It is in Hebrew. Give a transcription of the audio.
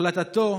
החלטתו